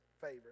favor